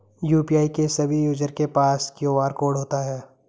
UPI के सभी user के पास क्यू.आर कोड होता है